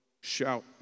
shout